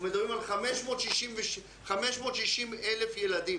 אנחנו מדברים על 560,000 ילדים.